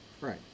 Right